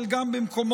אבל גם במקומות